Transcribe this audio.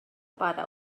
pare